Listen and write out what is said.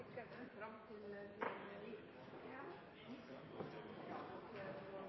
jeg fram til